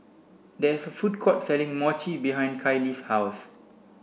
there's a food court selling Mochi behind Caylee's house